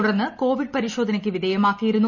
തുടർന്ന് കോവിഡ് പരിശോധനയ്ക്ക് വിധേയമാക്കിയിരുന്നു